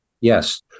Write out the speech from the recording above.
Yes